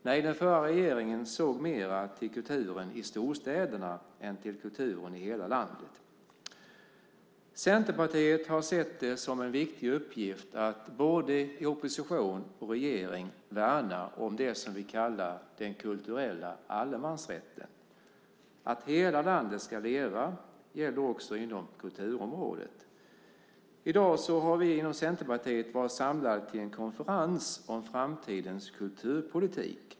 Nej, den förra regeringen såg mer till kulturen i storstäderna än till kulturen i hela landet. Centerpartiet har sett det som en viktig uppgift att både i opposition och i regering värna det som vi kallar den kulturella allemansrätten. Att hela landet ska leva gäller också på kulturområdet. I dag har vi inom Centerpartiet varit samlade till en konferens om framtidens kulturpolitik.